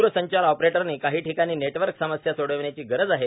द्रसंचार ऑपरेटरने काही ठिकाणी नेटवर्क समस्या सोडवण्याची गरज आहे